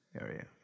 area